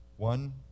one